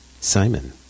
Simon